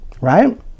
right